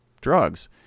drugs